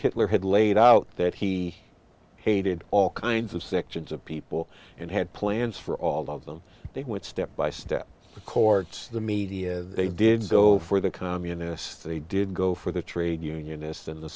hitler had laid out that he hated all kinds of sections of people and had plans for all of them they went step by step the courts the media they did so for the communists they did go for the trade unionists and the